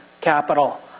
capital